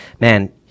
Man